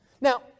Now